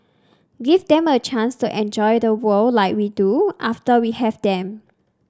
give them a chance to enjoy the world like we do after we have them